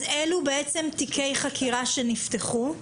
אלו תיקי חקירה שנפתחו.